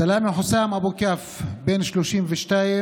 סלאמה חוסאם אבו כף, בן 32,